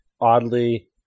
oddly